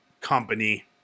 company